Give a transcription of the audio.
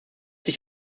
sich